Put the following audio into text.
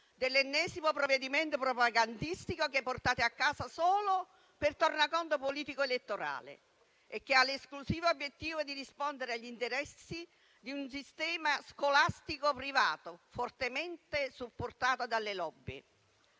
dell'ennesimo provvedimento propagandistico che portate a casa solo per tornaconto politico elettorale e che ha l'esclusivo obiettivo di rispondere agli interessi di un sistema scolastico privato, fortemente supportato dalle *lobby*.